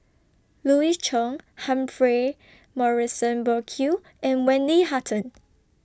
Louis Chen Humphrey Morrison Burkill and Wendy Hutton